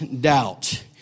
doubt